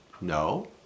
No